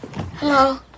hello